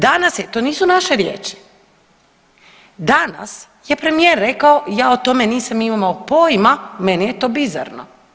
Danas je, to nisu naše riječi, danas je premijer rekao ja o tome nisam imao pojma, meni je to bizarno.